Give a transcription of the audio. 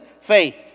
faith